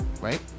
right